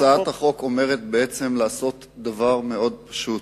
הצעת החוק אומרת בעצם לעשות דבר מאוד פשוט,